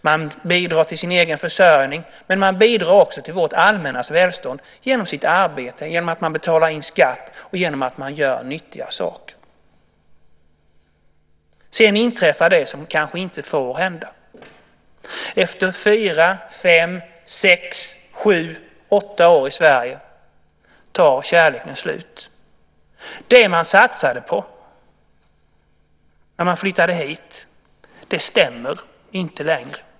Man bidrar till sin egen försörjning, men man bidrar också till vårt allmänna välstånd genom sitt arbete, genom att betala in skatt och genom att göra nyttiga saker. Sedan inträffar det som kanske inte får hända. Efter fyra, fem, sex, sju, åtta år i Sverige tar kärleken slut. Det man satsade på när man flyttade hit stämmer inte längre.